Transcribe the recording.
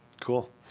Cool